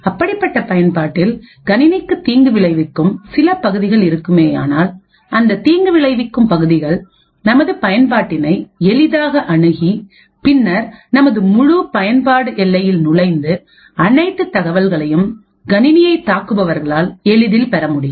அப்படிப்பட்ட பயன்பாட்டில் கணினிக்கு தீங்கு விளைவிக்கும் சில பகுதிகள் இருக்குமேயானால் அந்த தீங்கு விளைவிக்கும் பகுதிகள் நமது பயன்பாட்டினை எளிதாக அணுகி பின்னர் நமது முழு பயன்பாடுஎல்லையில் நுழைந்து அனைத்து தகவல்களையும் கணினியை தாக்குபவர்களால் எளிதில் பெறமுடியும்